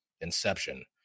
inception